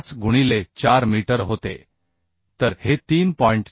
85 गुणिले 4 मीटर होते तर हे 3